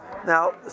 Now